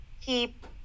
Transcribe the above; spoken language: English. keep